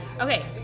Okay